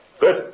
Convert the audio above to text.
Good